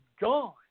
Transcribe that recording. gone